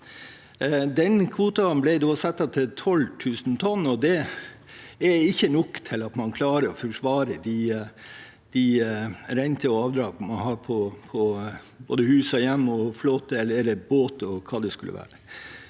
Kvoten ble da satt til 12 000 tonn, og det er ikke nok til at man klarer å forsvare de renter og avdrag man har på både hus og hjem, flåte, båt eller hva det skulle være.